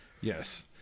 Yes